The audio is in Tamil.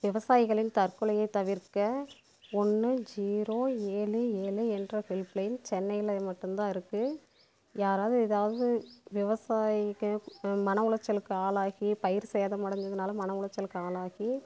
விவசாயிகளின் தற்கொலையை தவிர்க்க ஒன்று ஜீரோ ஏழு ஏழு என்ற ஹெல்ப் லைன் சென்னையில் மட்டும்தான் இருக்குது யாராவது ஏதாவது விவசாயிங்க மன உளைச்சலுக்கு ஆளாகி பயிர் சேதமடைஞ்சதுனால மனம் உளைச்சலுக்கு ஆளாகி